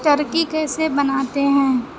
Turkey کیسے بناتے ہیں